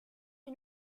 est